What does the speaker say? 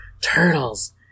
Turtles